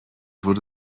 wurde